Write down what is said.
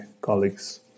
colleagues